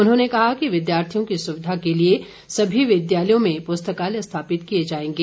उन्होंने कहा कि विद्यार्थियों की सुविधा के लिए सभी विद्यालयों में पुस्तकालय स्थापित किए जाएंगे